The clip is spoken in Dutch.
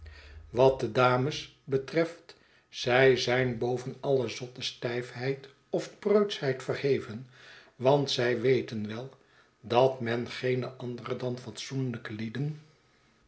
wat de dames betreft zij zijn boven alle zotte stijfheid of preutschheid verheven want zij weten wel dat men geene andere dan fatsoenlijke lieden